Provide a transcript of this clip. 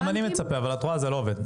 גם אני מצפה, אבל זה לא עובד.